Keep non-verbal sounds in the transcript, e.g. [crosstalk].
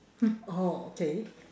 [noise] oh okay